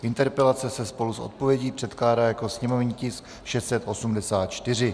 Interpelace se spolu s odpovědí předkládá jako sněmovní tisk 684.